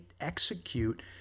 execute